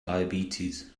diabetes